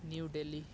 New Delhi